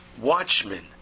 watchmen